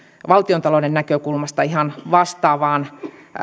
valtiontalouden näkökulmasta ihan vastaavaan